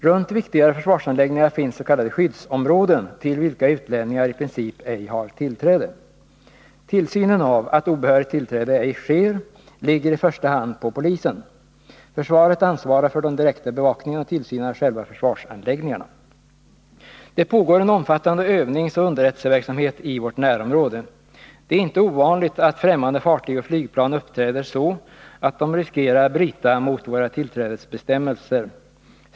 Runt viktigare försvarsanläggningar finns s.k. skyddsområden till vilka utlänningar i princip ej har tillträde. Tillsynen av att obehörigt tillträde ej sker ligger i första hand på polisen. Försvaret ansvarar för den direkta bevakningen och tillsynen av själva försvarsanläggningarna. Det pågår en omfattande övningsoch underrättelseverksamhet i vårt närområde. Det är inte ovanligt att fftämmande fartyg och flygplan uppträder så att de riskerar bryta mot våra tillträdesbestämmelser.